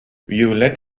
violett